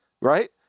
Right